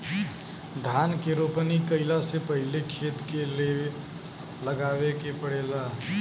धान के रोपनी कइला से पहिले खेत के लेव लगावे के पड़ेला